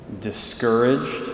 discouraged